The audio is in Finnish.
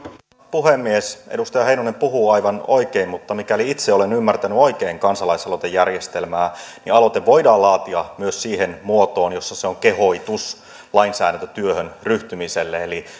puhemies edustaja heinonen puhuu aivan oikein mutta mikäli itse olen ymmärtänyt oikein kansalaisaloitejärjestelmää niin aloite voidaan laatia myös siihen muotoon jossa se on kehotus lainsäädäntötyöhön ryhtymiselle eli